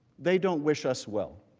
they don't wish us well.